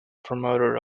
promoter